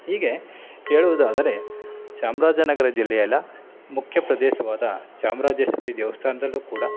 ಹೀಗೆ ಹೇಳುವುದಾದರೆ ಚಾಮರಾಜನಗರ ಜಿಲ್ಲೆಯಲ್ಲ ಮುಖ್ಯ ಪ್ರದೇಶವಾದ ಚಾಮರಾಜೇಶ್ವರಿ ದೇವಸ್ಥಾನದಲ್ಲೂ ಕೂಡ